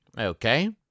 Okay